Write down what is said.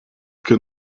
can